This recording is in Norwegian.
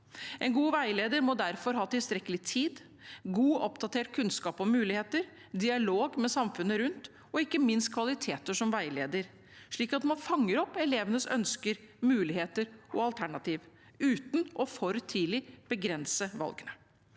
En god veileder må derfor ha tilstrekkelig tid, god og oppdatert kunnskap om muligheter, dialog med samfunnet rundt og ikke minst kvaliteter som veileder, slik at man fanger opp elevenes ønsker, muligheter og alternativer uten for tidlig å begrense valgene.